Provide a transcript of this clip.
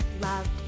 loved